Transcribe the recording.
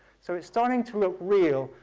so it's starting to look real.